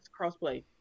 crossplay